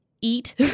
eat